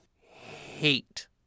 hate